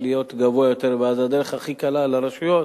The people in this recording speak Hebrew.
להיות גבוה יותר ואז הדרך הכי קלה לרשויות